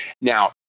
Now